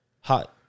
hot